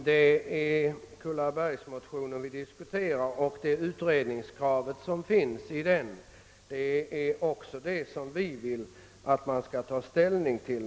Herr talman! Vi diskuterar nu Kullabergsmotionen och det utredningskrav som där framställes.